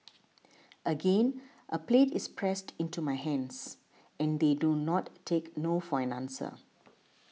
again a plate is pressed into my hands and they do not take no for an answer